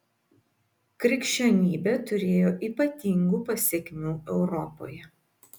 krikščionybė turėjo ypatingų pasekmių europoje